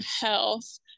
health